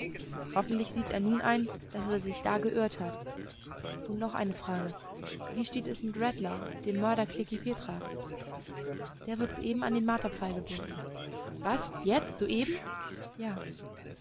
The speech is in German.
hoffentlich sieht er nun ein daß er sich da geirrt hat und nun noch eine frage wie steht es mit rattler dem mörder klekih petras der wird soeben an den marterpfahl gebunden was jetzt soeben ja